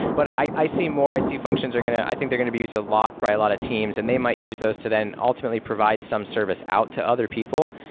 but i i see more. i see functions are going to i think they're going to be a lot by a lot of teams, and they might use those to then ultimately provide some service out to other people.